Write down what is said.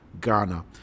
Ghana